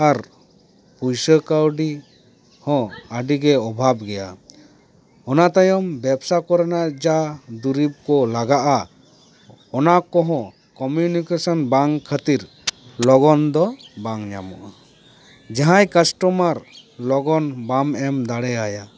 ᱟᱨ ᱯᱩᱭᱥᱟᱹ ᱠᱟᱹᱣᱰᱤ ᱦᱚᱸ ᱟᱹᱰᱤ ᱜᱮ ᱚᱵᱷᱟᱵᱽ ᱜᱮᱭᱟ ᱚᱱᱟ ᱛᱟᱭᱚᱢ ᱵᱮᱵᱽᱥᱟ ᱠᱚᱨᱮᱱᱟᱜ ᱡᱟ ᱫᱩᱨᱤᱵᱽ ᱠᱚ ᱞᱟᱜᱟᱜᱼᱟ ᱚᱱᱟ ᱠᱚᱦᱚᱸ ᱠᱳᱢᱤᱱᱤᱠᱮᱥᱚᱱ ᱵᱟᱝ ᱠᱷᱟᱹᱛᱤᱨ ᱞᱚᱜᱚᱱ ᱫᱚ ᱵᱟᱝ ᱧᱟᱢᱚᱜᱼᱟ ᱡᱟᱦᱟᱸᱭ ᱠᱟᱥᱴᱳᱢᱟᱨ ᱞᱚᱜᱚᱱ ᱵᱟᱢ ᱮᱢ ᱫᱟᱲᱮᱭᱟᱭᱟ